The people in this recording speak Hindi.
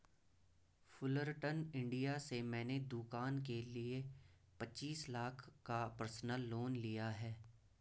फुलरटन इंडिया से मैंने दूकान के लिए पचीस लाख रुपये का पर्सनल लोन लिया है